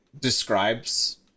describes